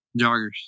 joggers